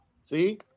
See